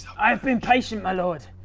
i've been patient my lord.